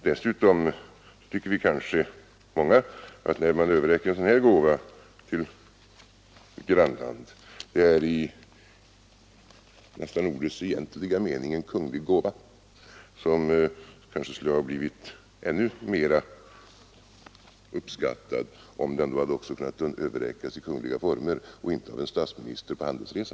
Dessutom är vi kanske många som tycker att överräckandet av en sådan här gåva till ett grannland — det är ju i ordets egentliga mening en kunglig gåva — kanske skulle ha blivit ännu mer uppskattat om det också hade kunnat ske i kungliga former och inte genom en statsminister på handelsresa.